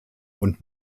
und